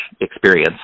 experience